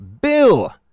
Bill